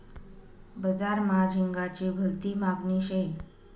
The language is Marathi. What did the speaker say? बजार मा झिंगाची भलती मागनी शे